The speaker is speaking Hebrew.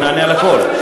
ונענה על הכול.